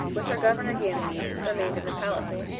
with her governor ganymede, remained in the palace.